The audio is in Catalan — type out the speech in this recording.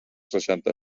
seixanta